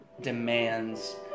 demands